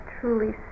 Truly